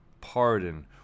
pardon